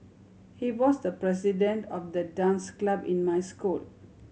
he was the president of the dance club in my school